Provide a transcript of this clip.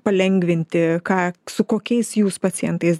palengvinti ką su kokiais jūs pacientais